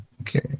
Okay